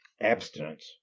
abstinence